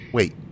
Wait